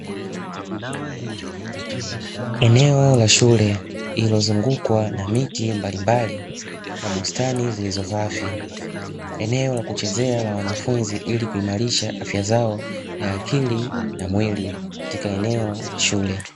Eneo la shule lililozungukwa na miti mbalimbali na bustani zilizoghafi, eneo la kuchezea la wanafunzi ili kuimarisha afya zao ya akili na mwili katika eneo la shule.